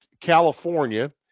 California